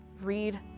Read